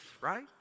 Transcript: right